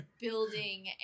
building